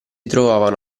trovavano